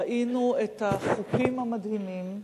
ראינו את החופים המדהימים,